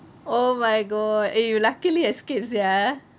oh my god eh you luckily escape sia